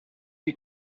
you